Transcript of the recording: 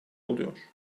oluyor